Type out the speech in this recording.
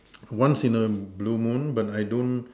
once in a blue moon when I don't